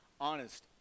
honest